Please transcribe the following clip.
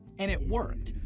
and it worked.